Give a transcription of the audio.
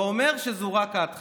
הוא אומר שזאת רק ההתחלה.